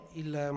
il